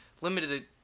limited